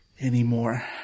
anymore